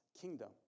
kingdom